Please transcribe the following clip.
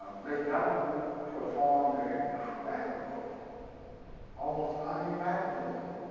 miss dunham performed and an incredible almost unimaginable